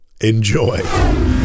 enjoy